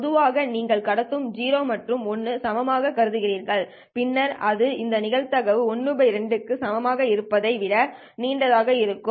பொதுவாக நீங்கள் கடத்தும் 0 மற்றும் 1 ஐ சமமாகக் கருதுகிறீர்கள் பின்னர் அது இந்த நிகழ்தகவுகள் ½ க்கு சமமாக இருப்பதை விட நீண்டதாக இருக்கும்